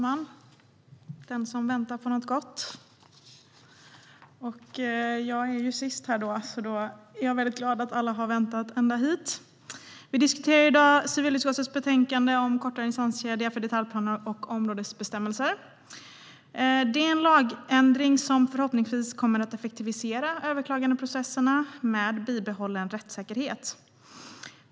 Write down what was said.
Fru talman! Jag är sista talaren i debatten, och jag är mycket glad att alla har väntat. Vi diskuterar i dag civilutskottets betänkande om kortare instanskedja för detaljplaner och områdesbestämmelser. Det är en lagändring som förhoppningsvis kommer att effektivisera överklagandeprocesserna med bibehållen rättssäkerhet.